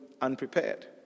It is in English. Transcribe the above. unprepared